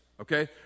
Okay